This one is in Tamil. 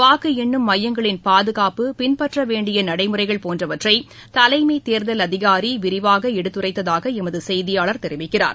வாக்கு எண்ணும் மையங்களின் பாதுகாப்பு பின்பற்ற வேண்டிய நடைமுறைகள் போன்றவற்றை தலைமை தேர்தல் அதிகாரி விரிவாக எடுத்துரைத்ததாக எமது செய்தியாளர் தெரிவிக்கிறார்